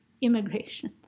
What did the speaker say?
immigration